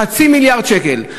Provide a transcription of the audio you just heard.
חצי מיליארד שקל,